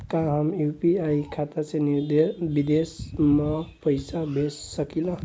का हम यू.पी.आई खाता से विदेश म पईसा भेज सकिला?